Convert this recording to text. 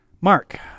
Mark